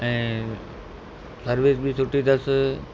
ऐं सर्विस बि सुठी अथसि